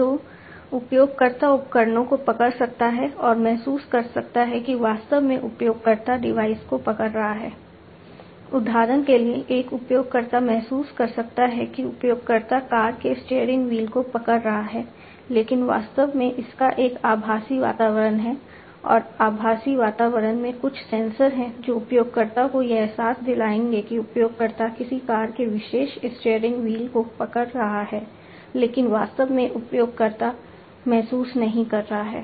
तो उपयोगकर्ता उपकरणों को पकड़ सकता है और महसूस कर सकता है कि वास्तव में उपयोगकर्ता डिवाइस को पकड़ रहा है उदाहरण के लिए एक उपयोगकर्ता महसूस कर सकता है कि उपयोगकर्ता कार के स्टीयरिंग व्हील को पकड़ रहा है लेकिन वास्तव में इसका एक आभासी वातावरण है और आभासी वातावरण में कुछ सेंसर हैं जो उपयोगकर्ता को यह एहसास दिलाएंगे कि उपयोगकर्ता किसी कार के विशेष स्टीयरिंग व्हील को पकड़ रहा है लेकिन वास्तव में उपयोगकर्ता महसूस नहीं कर रहा है